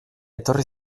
etorri